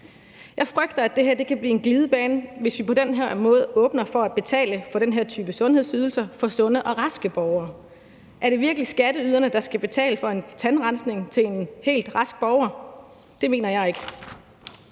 Jeg frygter, at det her kan blive en glidebane, hvis vi på den her måde åbner for at betale for den her type sundhedsydelser for sunde og raske borgere. Er det virkelig skatteyderne, der skal betale for en tandrensning til en helt rask borger? Det mener jeg ikke.